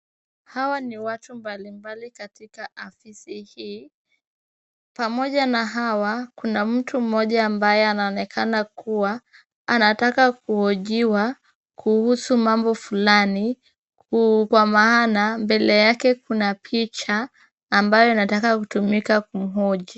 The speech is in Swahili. Hawa ni watu mbalimbali katika harusi hii, pamoja na Hawa Kuna mtu Moja ambaye anaonekana kuwa anataka kuhojiwa kuhusu mambo fulani Kwa maana mbele yake Kuna picha ambayo inataka kutumika kumhuji